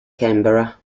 canberra